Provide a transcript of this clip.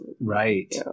right